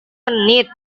menit